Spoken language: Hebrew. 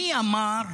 מי אמר: